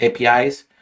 APIs